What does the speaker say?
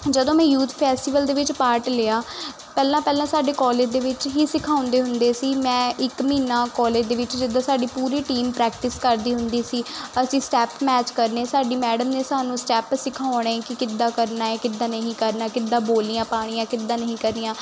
ਜਦੋਂ ਮੈਂ youth festival ਦੇ ਵਿੱਚ ਪਾਰਟ ਲਿਆ ਪਹਿਲਾਂ ਪਹਿਲਾਂ ਸਾਡੇ ਕਾਲਜ ਦੇ ਵਿੱਚ ਹੀ ਸਿਖਾਉਂਦੇ ਹੁੰਦੇ ਸੀ ਮੈਂ ਇੱਕ ਮਹੀਨਾ ਕਾਲਜ ਦੇ ਵਿੱਚ ਜਦੋਂ ਸਾਡੀ ਪੂਰੀ ਟੀਮ ਪ੍ਰੈਕਟਿਸ ਕਰਦੀ ਹੁੰਦੀ ਸੀ ਅਸੀਂ ਸਟੈਪ ਮੈਚ ਕਰਨੇ ਸਾਡੀ ਮੈਡਮ ਨੇ ਸਾਨੂੰ ਸਟੈਪ ਸਿਖਾਉਣੇ ਕਿ ਕਿੱਦਾਂ ਕਰਨਾ ਕਿੱਦਾਂ ਨਹੀਂ ਕਰਨਾ ਕਿੱਦਾਂ ਬੋਲੀਆਂ ਪਾਉਣੀਆਂ ਕਿੱਦਾਂ ਨਹੀਂ ਕਰਨੀਆਂ